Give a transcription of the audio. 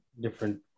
different